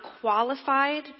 qualified